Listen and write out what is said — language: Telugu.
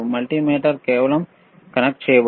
మల్టీమీటర్ కేవలం కనెక్ట్ చేయబడింది